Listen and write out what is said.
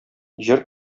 җыр